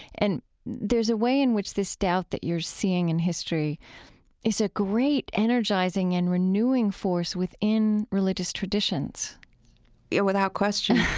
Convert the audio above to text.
and there's a way in which this doubt that you're seeing in history is a great energizing and renewing force within religious traditions yeah, without question.